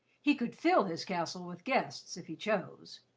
he could fill his castle with guests if he chose.